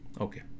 Okay